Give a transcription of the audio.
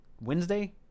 Wednesday